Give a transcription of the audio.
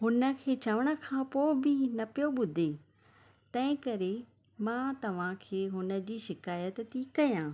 हुनखे चवण खां पोइ बि न पियो ॿुधे तंहिं करे मां तव्हांखे हुनजी शिकायत थी कयां